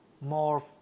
more